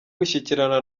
gushyikirana